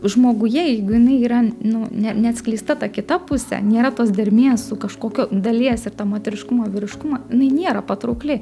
žmoguje jeigu jinai yra nu ne neatskleista ta kita pusė nėra tos dermės su kažkokiu dalies ir to moteriškumo vyriškumo jinai nėra patraukli